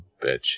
bitch